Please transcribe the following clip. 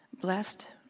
blessed